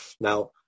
now